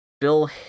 Bill